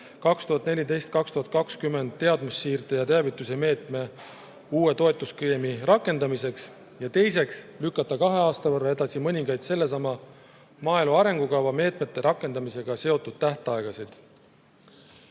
2014–2020 teadmussiirde ja teavituse meetme uue toetusskeemi rakendamiseks ja teiseks, lükata kahe aasta võrra edasi mõningaid sellesama maaelu arengukava meetmete rakendamisega seotud tähtaegasid. Kõigepealt